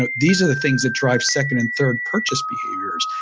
ah these are the things that drive second and third purchase behaviors.